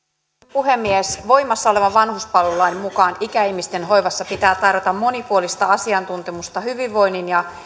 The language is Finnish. puhemies voimassa olevan vanhuspalvelulain mukaan ikäihmisten hoivassa pitää tarjota monipuolista asiantuntemusta hyvinvoinnin ja